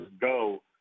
go